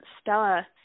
Stella